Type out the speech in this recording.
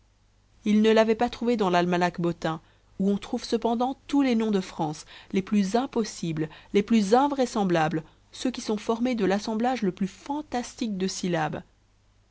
il ne l'avait pas trouvé dans l'almanach bottin où on trouve cependant tous les noms de france les plus impossibles les plus invraisemblables ceux qui sont formés de l'assemblage le plus fantastique de syllabes